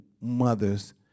mothers